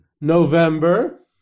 November